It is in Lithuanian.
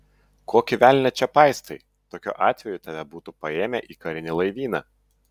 kokį velnią čia paistai tokiu atveju tave būtų paėmę į karinį laivyną